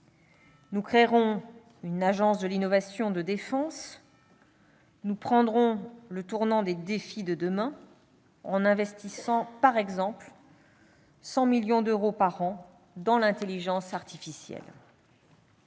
Nous créerons une agence de l'innovation de défense. Nous prendrons le tournant des défis de demain, en investissant, par exemple, 100 millions d'euros par an dans l'intelligence artificielle.